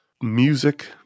music